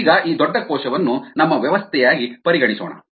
ಈಗ ಈ ದೊಡ್ಡ ಕೋಶವನ್ನು ನಮ್ಮ ವ್ಯವಸ್ಥೆಯಾಗಿ ಪರಿಗಣಿಸೋಣ